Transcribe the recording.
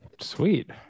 sweet